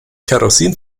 kerosin